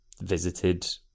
visited